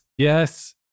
Yes